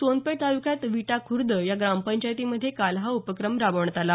सोनपेठ ताल्क्यात विटा खूर्द या ग्रामपंचायतीमध्ये काल हा उपक्रम राबवण्यात आला